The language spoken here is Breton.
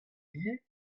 ivez